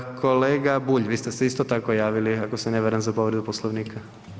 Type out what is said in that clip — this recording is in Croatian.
Kolega Bulj, vi ste se isto tako javili ako se ne varam za povredu Poslovnika.